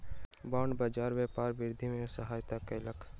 bond बाजार व्यापार वृद्धि में सहायता केलक